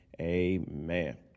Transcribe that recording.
amen